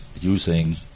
using